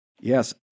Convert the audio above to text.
Yes